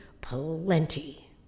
plenty